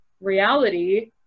reality